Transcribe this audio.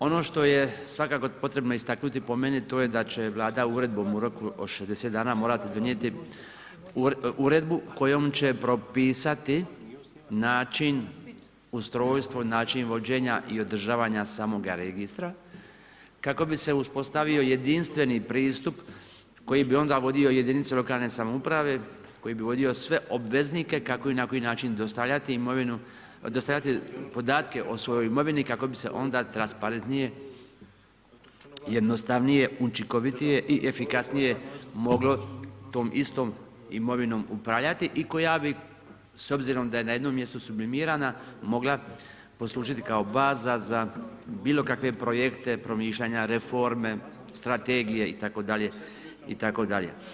Ono što je svakako potrebno istaknuti po meni to je da će Vlada uredbom u roku od 60 dana morati donijeti uredbu kojom će propisati način, ustrojstvo i način vođenja i održavanja samoga registra kako bi se uspostavi jedinstveni pristup koji bi onda vodio jedinice lokalne samouprave, koji bi vodio sve obveznike kako i na koji način dostavljati podatke o svojoj imovini kako bi se onda transparentnije, jednostavnije, učinkovitije i efikasnije moglo tom istom imovinom upravljati i koja bi s obzirom da je na jednom mjestu sublimirana mogla poslužiti kao baza za bilo kakve projekte, promišljanja, reforme, strategije itd., itd.